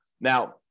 Now